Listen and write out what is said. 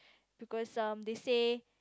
because um they say